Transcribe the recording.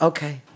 Okay